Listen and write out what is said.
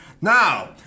Now